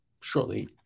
Shortly